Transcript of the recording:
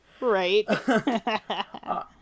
Right